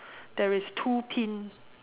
there is two pin